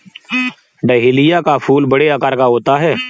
dahlia का फूल बड़े आकार का होता है